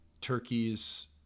Turkey's